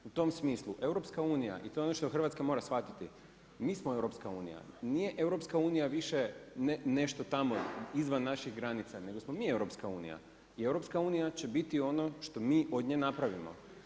U tom smislu, EU i to je ono što Hrvatska mora shvatiti, mi smo EU, nije EU, više nešto tamo izvan naših granica, nego smo mi EU i EU će biti ono što mi od nje napravimo.